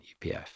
UPF